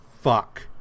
Fuck